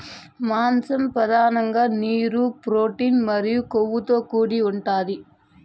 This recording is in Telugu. మాంసం పధానంగా నీరు, ప్రోటీన్ మరియు కొవ్వుతో కూడి ఉంటాది